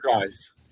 guys